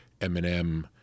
Eminem